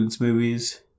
movies